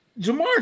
jamar